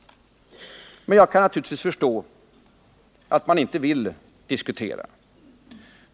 Men jag kan naturligtvis förstå att man inte vill diskutera.